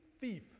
thief